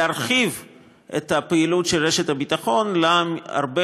להרחיב את הפעילות של רשת הביטחון להרבה